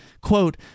quote